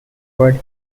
word